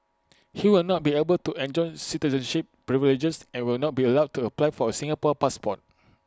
he will not be able to enjoy citizenship privileges and will not be allowed to apply for A Singapore passport